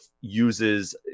uses